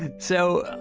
and so,